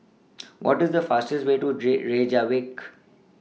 What IS The fastest Way to Reykjavik